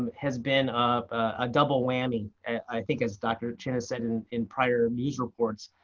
and has been a double whammy, i think as dr. chin has said in in prior news reports.